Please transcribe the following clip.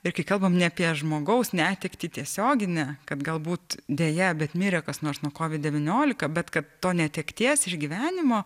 ir kai kalbam ne apie žmogaus netektį tiesioginę kad galbūt deja bet mirė kas nors nuo kovid devyniolika bet kad to netekties išgyvenimo